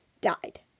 died